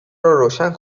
روشن